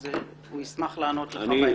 הוא ישמח לענות לך בהמשך.